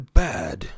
bad